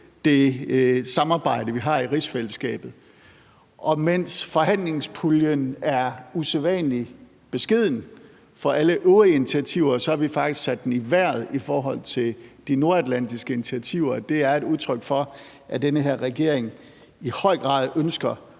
det samarbejde, vi har i rigsfællesskabet. Og mens forhandlingspuljen er usædvanlig beskeden for alle øvrige initiativer, har vi faktisk sat den i vejret i forhold til de nordatlantiske initiativer, og det er et udtryk for, at den her regering i høj grad ønsker